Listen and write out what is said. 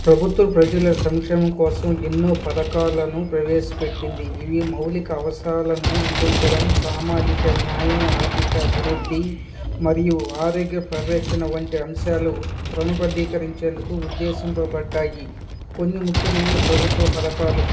ప్రభుత్వ ప్రజల సంక్షం కోసం ఎన్నో పథకాలను ప్రవేశపెట్టింది ఇవి మౌలిక అవసరాలను అందించడం సామాజిక న్యాయం ఆర్థిక అభివృద్ధి మరియు ఆరోగ్య ప్రరేక్షణ వంటి అంశాలు క్రమబద్ధీకరించేందుకు ఉద్దేశంపబడ్డాయి కొన్ని ముఖ్యమైన ప్రభుత్వ పథకాలు